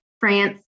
France